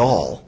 all